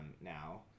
now